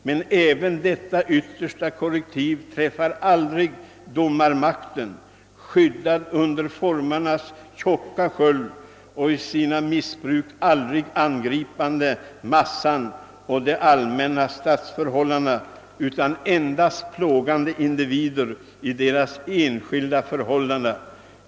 Men äfven detta yttersta correktiv träffar aldrig Domare-magten, skyddad under formernas tjocka sköld och i sina missbruk aldrig angripande massan och de allmänna Statsförhållandena, utan endast plågande individer i deras enskildta förhållanden.